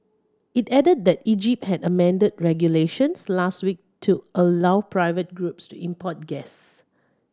it added that Egypt had amended regulations last week to allow private groups to import gas